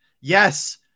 Yes